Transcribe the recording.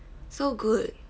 so good